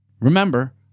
Remember